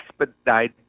expedite